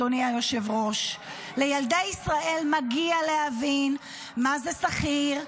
אדוני היושב-ראש: לילדי ישראל מגיע להבין מה זה שכיר,